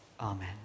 Amen